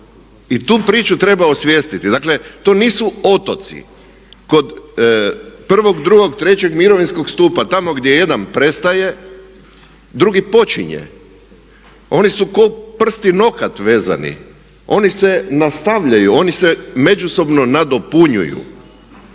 i tu priču treba osvijestiti. Dakle, to nisu otoci. Kod 1., 2., 3. mirovinskog stupa, tamo gdje jedan prestaje drugi počinje. Oni su ko prst i nokat vezani, oni se nastavljaju, oni se međusobno nadopunjuju.